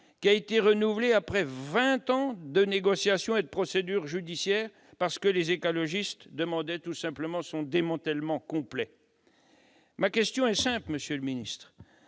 qui a été renouvelé après vingt ans de négociations et de procédures judiciaires, parce que les écologistes demandaient son démantèlement complet. Ma question est simple, monsieur le secrétaire